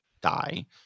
die